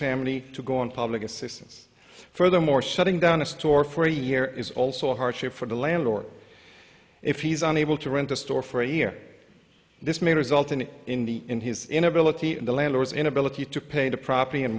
family to go on public assistance furthermore shutting down a store for a year is also a hardship for the landlord if he's unable to rent a store for a year this may result in in the in his inability the landlords inability to pay the property and